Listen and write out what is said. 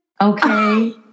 Okay